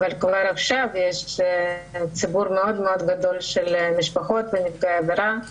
אבל כבר עכשיו יש ציבור מאוד מאוד גדול של משפחות נפגעי עבירה,